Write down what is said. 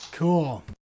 Cool